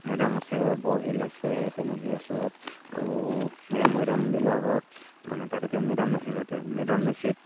মৈদাম আছে বৰহিল আছে তেনেকৈ ওচৰত আৰু সেই মৈদামবিলাকত মানে তাত এতিয়া মেদাম মেফি পাতে মেদাম মেফিত